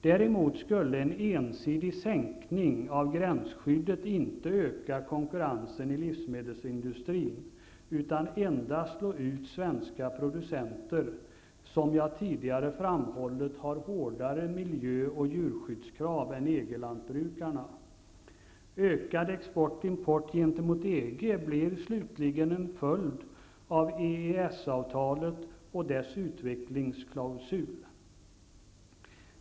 Däremot skulle en ensidig sänkning av gränsskyddet inte öka konkurrensen i livsmedelsindustrin utan endast slå ut svenska producenter, för vilka, som jag tidigare framhållit, gäller hårdare miljö och djurskyddskrav än för Ökad export/import gentemot EG blir slutligen en följd av EES-avtalet och dess utvecklingsklausul.